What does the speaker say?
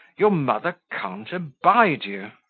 your mother can't abide you.